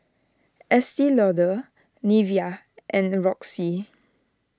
Estee Lauder Nivea and Roxy